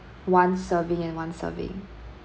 one serving and one serving